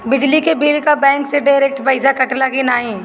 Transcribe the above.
बिजली के बिल का बैंक से डिरेक्ट पइसा कटेला की नाहीं?